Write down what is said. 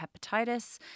hepatitis